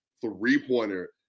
three-pointer